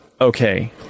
okay